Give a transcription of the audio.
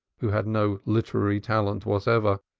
who had no literary talent whatever,